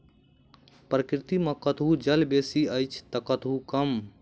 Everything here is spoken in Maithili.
प्रकृति मे कतहु जल बेसी अछि त कतहु कम